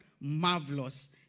Marvelous